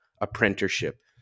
apprenticeship